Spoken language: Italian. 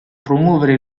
promuovere